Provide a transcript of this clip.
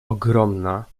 ogromna